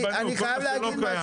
אני חייב להגיד משהו.